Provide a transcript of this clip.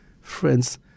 friends